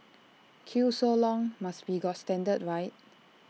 queue so long must be got standard right